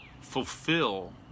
fulfill